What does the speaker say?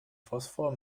phosphor